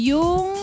Yung